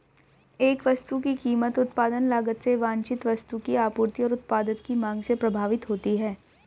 एक वस्तु की कीमत उत्पादन लागत से वांछित वस्तु की आपूर्ति और उत्पाद की मांग से प्रभावित होती है